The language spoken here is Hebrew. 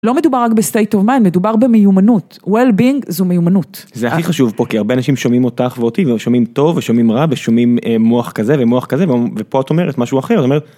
לא מדובר רק בסטייט אוף מינד, מדובר במיומנות. well-being זו מיומנות. זה הכי חשוב פה, כי הרבה אנשים שומעים אותך ואותי ושומעים טוב ושומעים רע ושומעים מוח כזה ומוח כזה ופה את אומרת משהו אחר, את אומרת